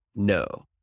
No